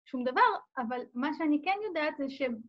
שום דבר, אבל מה שאני כן יודעת זה ש...